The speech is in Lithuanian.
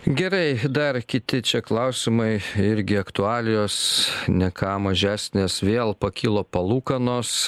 gerai dar kiti čia klausimai irgi aktualijos ne ką mažesnės vėl pakilo palūkanos